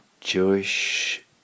Jewish